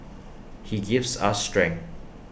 he gives us strength